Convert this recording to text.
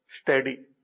steady